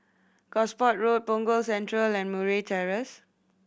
Gosport Road Punggol Central and Murray Terrace